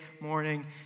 morning